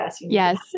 yes